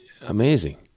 amazing